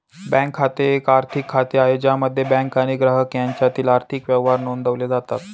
bank खाते हे एक आर्थिक खाते आहे ज्यामध्ये बँक आणि ग्राहक यांच्यातील आर्थिक व्यवहार नोंदवले जातात